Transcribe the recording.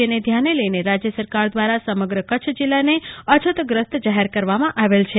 જેને ધ્યાને લઈને રાજ્ય સરકાર દ્વારા સમગ્ર કચ્છ જિલ્લાને અછતગ્રસ્ત જાહેર કરવામાં આવેલ છે